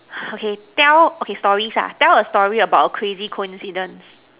okay tell okay stories ah tell a story about a crazy coincidence